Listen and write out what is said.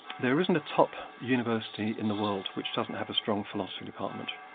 there isn't a top university in the world which doesn't have a strong philosophy department,